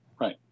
Right